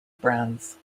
brands